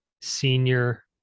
senior